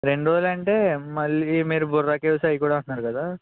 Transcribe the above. రెండ్ రోజులు అంటే మళ్ళీ మీరు బొర్రా కేవ్స్ అవి కూడా అంటున్నారు కదా